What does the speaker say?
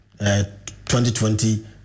2020